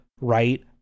right